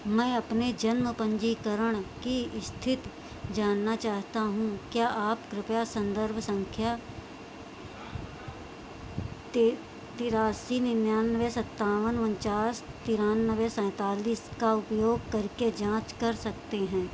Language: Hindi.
मैं अपने जन्म पंजीकरण की स्थिति जानना चाहता हूँ क्या आप कृपया संदर्भ संख्या ति तेरासी निन्यानवे सत्तावन उनचास तेरानवे सैंतालीस का उपयोग करके जाँच कर सकते हैं